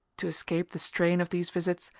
to escape the strain of these visits,